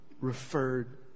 referred